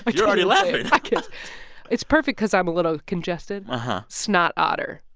but you're already laughing like yeah it's perfect because i'm a little congested but snot otter,